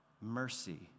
mercy